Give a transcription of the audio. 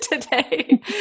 today